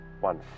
One